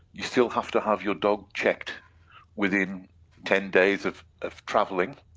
you still have to have your dog checked within ten days of of travelling,